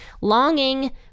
longing